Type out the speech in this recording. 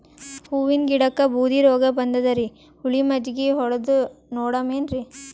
ಹೂವಿನ ಗಿಡಕ್ಕ ಬೂದಿ ರೋಗಬಂದದರಿ, ಹುಳಿ ಮಜ್ಜಗಿ ಹೊಡದು ನೋಡಮ ಏನ್ರೀ?